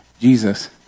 Jesus